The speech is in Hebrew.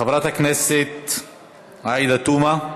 חברת הכנסת עאידה תומא.